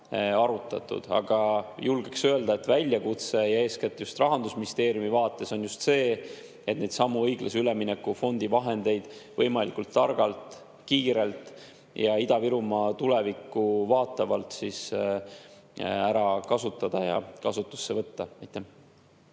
aga julgeksin öelda, et väljakutse eeskätt just Rahandusministeeriumi vaates on see, et neidsamu õiglase ülemineku fondi vahendeid võimalikult targalt, kiirelt ja Ida-Virumaa tulevikku vaatavalt ära kasutada ja kasutusse võtta. Aleksei